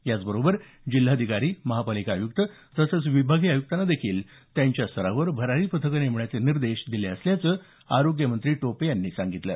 याचबरोबर जिल्हाधिकारी महापालिका आयुक्त तसंच विभागीय आयुक्तांना देखील त्यांच्या स्तरावर भरारी पथक नेमण्याचे निर्देश दिले असल्याचं आरोग्यमंत्री टोपे यांनी सांगितलं